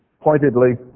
pointedly